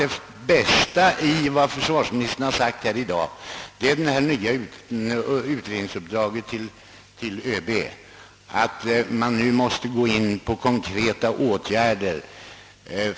Det värdefullaste i försvarsministerns svar i dag anser jag vara uppgiften att överbefälhavaren har fått i uppdrag att utreda möjligheterna att vidtaga konkreta åtgärder.